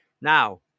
Now